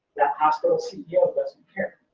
that ah sort of ceo doesn't care